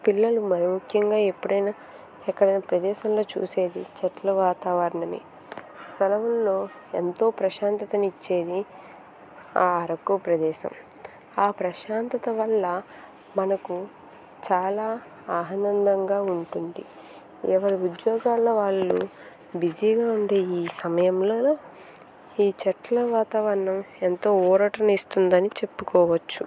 పిల్లలు మరి ముఖ్యంగా ఎప్పుడైనా ప్రదేశంలో చూసేది చెట్ల వాతావరణమే సెలవుల్లో ఎంతో ప్రశాంతతను ఇచ్చేది ఆ అరకు ప్రదేశం ఆ ప్రశాంతత వల్ల మనకు చాలా ఆనందంగా ఉంటుంది ఎవరి ఉద్యోగాల వాళ్ళు బిజీగా ఉండే ఈ సమయంలలో ఈ చెట్ల వాతావరణం ఎంతో ఊరటనిస్తుందని చెప్పుకోవచ్చు